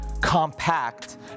compact